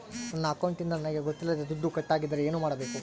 ನನ್ನ ಅಕೌಂಟಿಂದ ನನಗೆ ಗೊತ್ತಿಲ್ಲದೆ ದುಡ್ಡು ಕಟ್ಟಾಗಿದ್ದರೆ ಏನು ಮಾಡಬೇಕು?